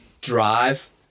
drive